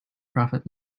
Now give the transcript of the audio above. profit